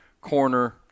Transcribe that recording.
corner –